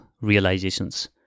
realizations